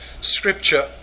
scripture